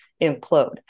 implode